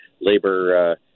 labor